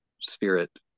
spirit